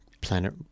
Planet